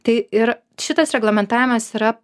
tai ir šitas reglamentavimas yra